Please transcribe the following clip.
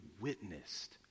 witnessed